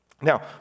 Now